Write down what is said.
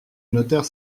notaire